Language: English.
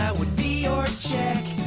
would be ah so